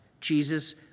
jesus